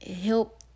help